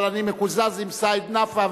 אבל אני מקוזז עם סעיד נפאע,